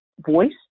voice